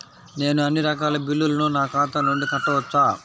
నేను అన్నీ రకాల బిల్లులను నా ఖాతా నుండి కట్టవచ్చా?